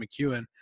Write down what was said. McEwen